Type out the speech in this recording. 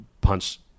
punch